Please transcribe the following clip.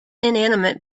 inanimate